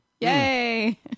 Yay